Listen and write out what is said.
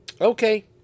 Okay